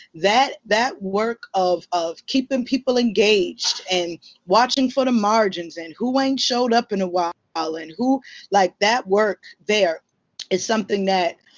that that work of of keeping people engaged and watching for the margins, and who ain't showed up in a while. ah and who like, that work there is something that